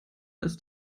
ist